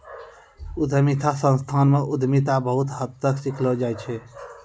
उद्यमिता संस्थान म उद्यमिता बहुत हद तक सिखैलो जाय छै